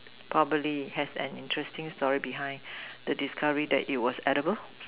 probably has an interesting story behind the discovery that it was edible